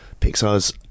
Pixar's